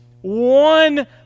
one